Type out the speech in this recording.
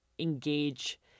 engage